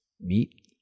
meet